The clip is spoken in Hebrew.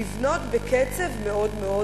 לבנות בקצב מאוד מאוד